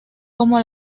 como